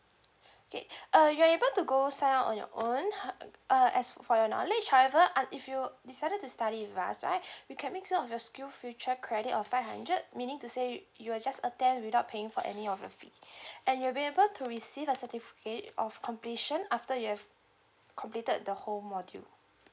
okay uh you are able to go sign up on your own how uh as for your knowledge however uh if you decided to study with us right we can make some of your skill future credit of five hundred meaning to say you will just attend without paying for any of your fee and you'll be able to receive a certificate of completion after you have completed the whole module